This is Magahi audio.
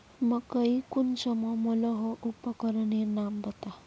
मकई कुंसम मलोहो उपकरनेर नाम बता?